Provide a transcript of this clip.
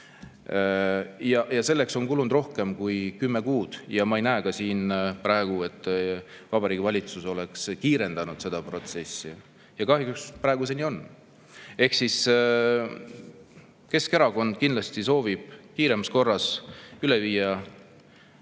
Ja selleks on kulunud rohkem kui kümme kuud ja ma ei näe ka siin praegu, et Vabariigi Valitsus oleks kiirendanud seda protsessi. Kahjuks praegu see nii on. Keskerakond kindlasti soovib kiiremas korras üle viia